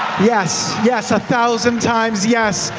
yes, yes, a thousand times yes.